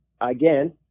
again